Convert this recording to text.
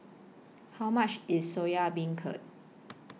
How much IS Soya Beancurd